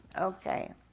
Okay